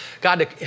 God